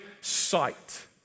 sight